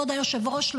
כבוד היושב-ראש,